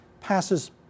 passes